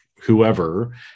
whoever